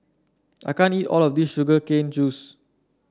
I can't eat all of this Sugar Cane Juice